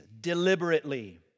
deliberately